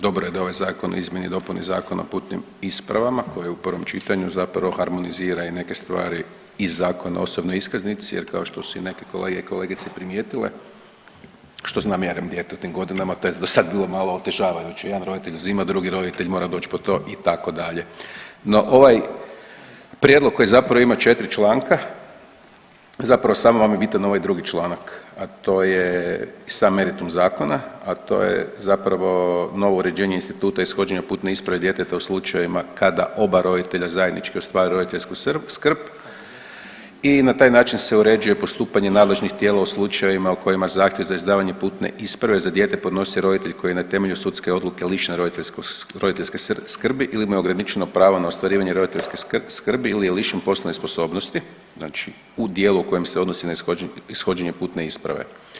Dobro je da ovaj Zakon o izmjeni i dopuni Zakona o putnim ispravama koji je u prvom čitanju zapravo harmonizira i neke stvari iz Zakona o osobnoj iskaznici jer kao što su i neke kolege i kolegice primijetile, što znam jer imam dijete u tim godina, tj. do sad bilo malo otežavajuće, jedan roditelj uzima, drugi roditelj mora doć po to itd., no ovaj prijedlog koji zapravo ima četri članka zapravo samo vam je bitan ovaj drugi članak, a to je sam meritum zakona, a to je zapravo novo uređenje instituta ishođenja putne isprave djetetu u slučajevima kada oba roditelja zajednički ostvaruju roditeljsku skrb i na taj način se uređuje postupanje nadležnih tijela u slučajevima u kojima zahtjev za izdavanje putne isprave za dijete podnosi roditelj koji je na temelju sudske odluke lišen roditeljske skrbi ili mu je ograničeno pravo na ostvarivanje roditeljske skrbi ili je lišen poslovne sposobnosti, znači u dijelu u kojem se odnosi na ishođenje putne isprave.